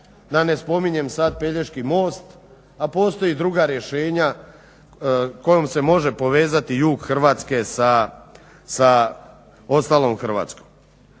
da ne spominjem sad Pelješki most, a postoje i druga rješenja kojom se može povezati jug Hrvatske sa ostalom Hrvatskom.